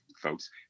folks